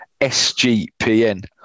SGPN